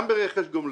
גם ברכש גומלין,